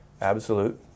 absolute